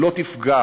שלא תפגע